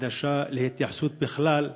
חדשה להתייחסות בכלל.